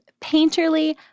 painterly